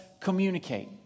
communicate